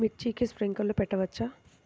మిర్చికి స్ప్రింక్లర్లు పెట్టవచ్చా?